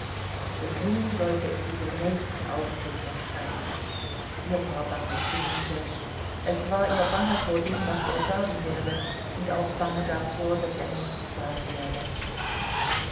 und nun sollte es sich im nächsten augenblick entscheiden ihr war bange zumute es war ihr bange vor dem was er sagen werde und auch bange davor daß er nichts sagen werde